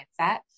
mindset